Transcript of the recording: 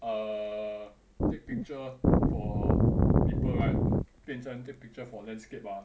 err take picture for people right 变成 take picture for landscape ah